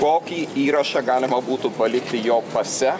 kokį įrašą galima būtų palikti jo pase